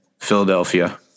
Philadelphia